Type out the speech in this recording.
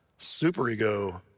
superego